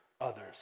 others